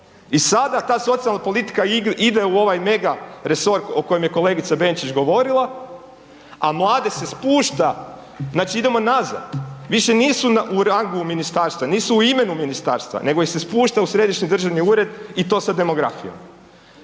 I sada to socijalna politika ide u ovaj mega resor o kojem je kolegica Benčić govorila, a mlade se spušta, znači idemo nazad, više nisu u rangu ministarstva, nisu u imenu ministarstvo nego ih se spušta u središnji državni ured i to sa demografijom.